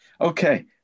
Okay